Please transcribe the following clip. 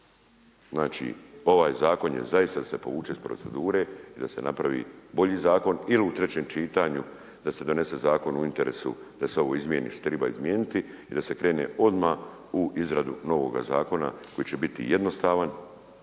Znači ovaj zakon je zaista da se povuče iz procedure i da se napravi bolji zakon ili u trećem čitanju da se donese zakon u interesu da se ovo izmjeni što se triba izmijeniti i da se krene odma u izradu novoga zakona koji će biti jednostavan,